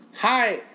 Hi